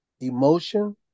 emotion